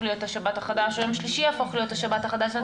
להיות השבת החדשה או יום שלישי יהפוך להיות השבת החדשה.